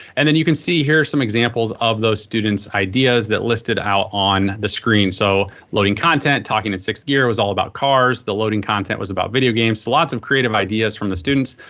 and then you can see here are some examples of those students' ideas that listed out on the screen. so loading content talking in sixth gear was all about cars. the loading content was about video games. so lots of creative ideas from the students.